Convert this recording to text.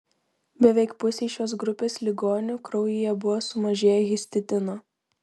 beveik pusei šios grupės ligonių kraujyje buvo sumažėję histidino